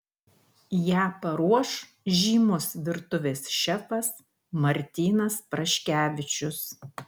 ją paruoš žymus virtuvės šefas martynas praškevičius